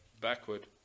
backward